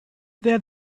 that